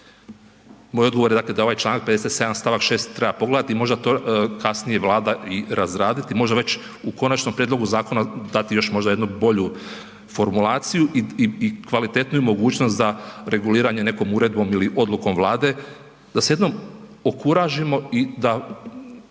moj odgovor je, dakle da ovaj čl. 57. st. 6. treba pogledati i možda to kasnije Vlada i razraditi, možda već u konačnom prijedlogu zakona dati još možda jednu bolju formulaciju i, i, i kvalitetniju mogućnost za reguliranje nekom uredbom ili odlukom Vlade da se jednom okuražimo i da